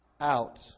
Out